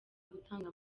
gutanga